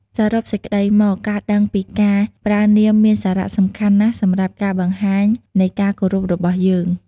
សរុបសេក្តីមក ការដឹងពីការប្រើនាមមានសារៈសំខាន់ណាស់សម្រាប់ការបង្ហាញនៃការគោរពរបស់យើង។